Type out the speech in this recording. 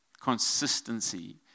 Consistency